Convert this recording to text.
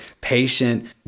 patient